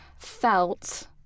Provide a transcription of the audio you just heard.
felt